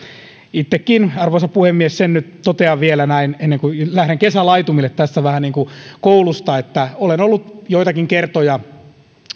arvoisa puhemies sen nyt totean vielä ennen kuin lähden kesälaitumille tässä vähän niin kuin koulusta että itsekin olen ollut joitakin kertoja